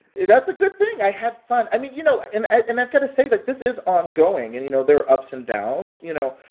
that's a good thing. i had fun. i mean, you know and and i've got to say that this is ongoing. and, you know, there are ups and downs, you know?